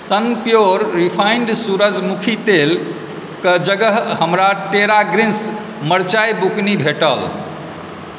Sunpure refined सूरजमुखी तेलक जगह हमरा टेरा ग्रीन्स मरचाइ बुकनी भेटल